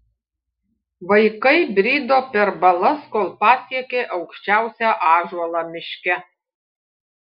vaikai brido per balas kol pasiekė aukščiausią ąžuolą miške